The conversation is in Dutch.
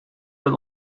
dat